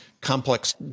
complex